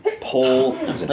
pull